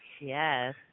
Yes